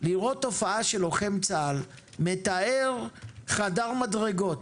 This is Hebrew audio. לראות תופעה של לוחם צה"ל מטהר חדר מדרגות